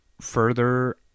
further